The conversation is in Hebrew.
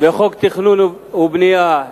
לחוק התכנון והבנייה,